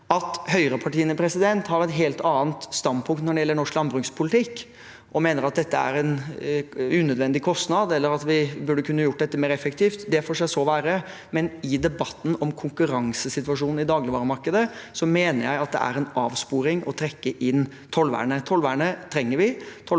At høyrepartiene har et helt annet standpunkt når det gjelder norsk landbrukspolitikk, og mener at dette er en unødvendig kostnad, eller at vi burde kunne gjort dette mer effektivt, det får så være, men i debatten om konkurransesituasjonen i dagligvaremarkedet mener jeg det er en avsporing å trekke inn tollvernet. Tollvernet trenger vi.